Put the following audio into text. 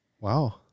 Wow